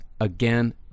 again